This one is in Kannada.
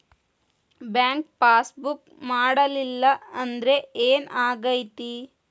ಬ್ಯಾಂಕ್ ಪಾಸ್ ಬುಕ್ ಮಾಡಲಿಲ್ಲ ಅಂದ್ರೆ ಏನ್ ಆಗ್ತೈತಿ?